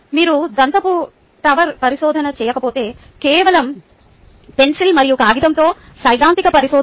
మీరు దంతపు టవర్ పరిశోధన చేయకపోతే కేవలం పెన్సిల్ మరియు కాగితంతో సైద్ధాంతిక పరిశోధన